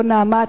לא "נעמת",